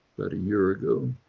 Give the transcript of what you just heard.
that a year ago,